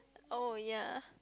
oh ya